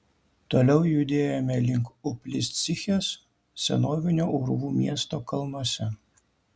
toliau judėjome link upliscichės senovinio urvų miesto kalnuose